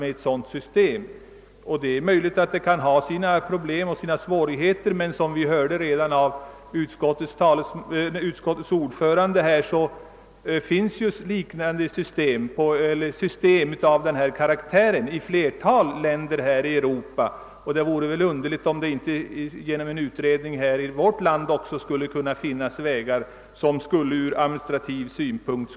Det är möjligt att det kan erbjuda problem och svårigheter, men som vi hörde av utskottets ordförande finns system av denna karaktär i flertalet länder i Europa. Det vore väl underligt om inte en utredning skulle kunna lösa frågan så att vi även i vårt land får en ordning som är acceptabel ur administrativ synpunkt.